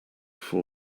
four